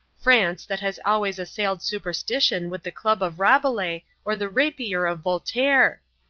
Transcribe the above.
france, that has always assailed superstition with the club of rabelais or the rapier of voltaire.